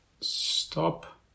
Stop